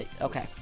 Okay